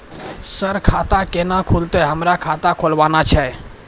Sir खाता केना खुलतै, हमरा खाता खोलवाना छै?